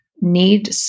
need